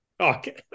Okay